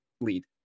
lead